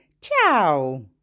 Ciao